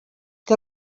que